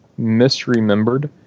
misremembered